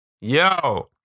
Yo